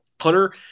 Hunter